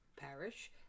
parish